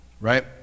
right